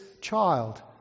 child